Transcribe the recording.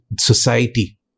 society